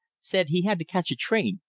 said he had to catch a train.